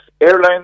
Airlines